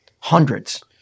hundreds